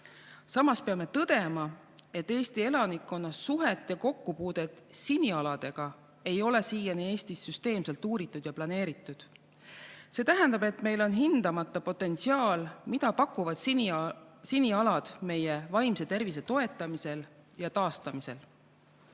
Samas peame tõdema, et Eesti elanikkonna kokkupuudet sinialadega ei ole meil siiani süsteemselt uuritud ja planeeritud. See tähendab, et meil on hindamata potentsiaal, mida pakuvad sinialad meie vaimse tervise toetamisel ja taastamisel.